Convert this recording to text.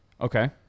Okay